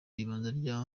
ribanza